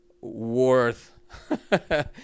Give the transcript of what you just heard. worth